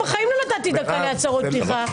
בחיים לא נתתי דקה להצהרות פתיחה.